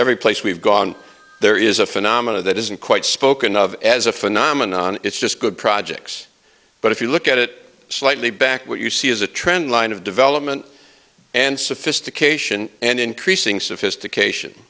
every place we've gone there is a phenomena that isn't quite spoken of as a phenomenon it's just good projects but if you look at it slightly back what you see is a trend line of development and sophistication and increasing sophistication